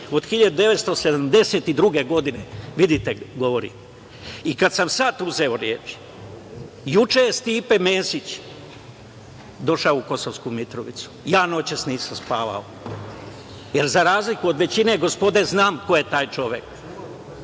od 1972. godine, govorim. Kada sam sada uzeo reč, juče je Stipe Mesić došao u Kosovsku Mitrovicu. Ja noćas nisam spavao, jer, za razliku od većine gospode, znam koje taj čovek.